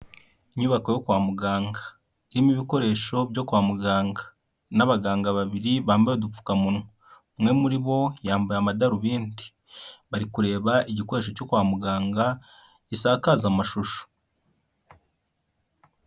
Inyubako yo kwa muganga irimo ibikoresho byo kwa muganga n'abaganga babiri bambaye udupfukamunwa, umwe muri bo yambaye amadarubindi, bari kureba igikoresho cyo kwa muganga gisakaza amashusho.